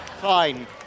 Fine